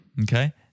Okay